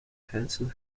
hanson